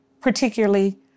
particularly